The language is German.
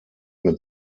mit